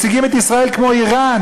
מציגים את ישראל כמו איראן,